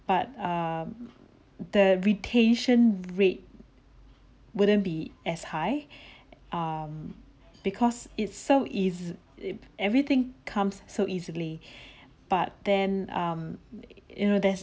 but um the retention rate wouldn't be as high um because it's so easy if everything comes so easily but then um you know there's